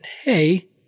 hey